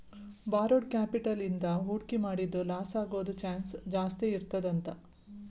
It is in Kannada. ಬಾರೊಡ್ ಕ್ಯಾಪಿಟಲ್ ಇಂದಾ ಹೂಡ್ಕಿ ಮಾಡಿದ್ದು ಲಾಸಾಗೊದ್ ಚಾನ್ಸ್ ಜಾಸ್ತೇಇರ್ತದಂತ